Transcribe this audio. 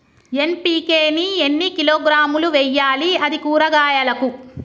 NPK ని ఎన్ని కిలోగ్రాములు వెయ్యాలి? అది కూరగాయలకు?